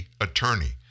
attorney